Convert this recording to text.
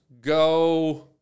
go